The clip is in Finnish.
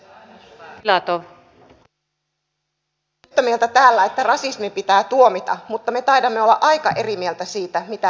me olemme yhtä mieltä täällä että rasismi pitää tuomita mutta me taidamme olla aika eri mieltä siitä mitä rasismi on